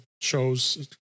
shows